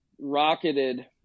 rocketed